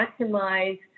maximize